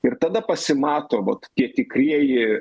ir tada pasimato vat tie tikrieji